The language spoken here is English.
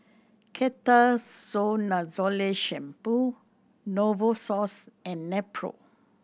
Ketoconazole Shampoo Novosource and Nepro